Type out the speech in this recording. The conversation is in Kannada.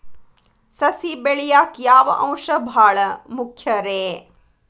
ಸಸಿ ಬೆಳೆಯಾಕ್ ಯಾವ ಅಂಶ ಭಾಳ ಮುಖ್ಯ ರೇ?